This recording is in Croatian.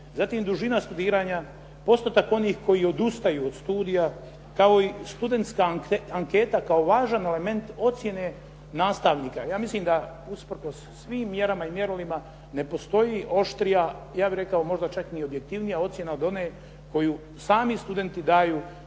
zatim dužina studiranja, postotak onih koji odustaju od studija, kao i studenska anketa kao važan element ocjene nastavnika. Ja mislim da usprkos svim mjerama i mjerilima ne postoji oštrija ja bih rekao možda čak niti objektivnija ocjena od one koju sami studenti daju,